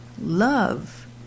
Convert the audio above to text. love